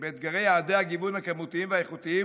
באתגרי יעדי הגיוון הכמותיים והאיכותיים